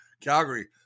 Calgary